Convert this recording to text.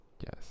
yes